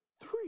Three